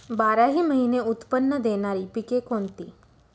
बाराही महिने उत्त्पन्न देणारी पिके कोणती?